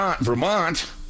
Vermont